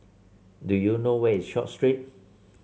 do you know where is Short Street